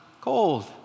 cold